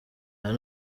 aya